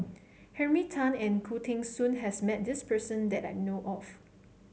Henry Tan and Khoo Teng Soon has met this person that I know of